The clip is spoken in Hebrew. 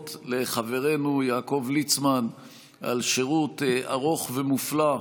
לחברנו יעקב ליצמן על שירות ארוך ומופלא,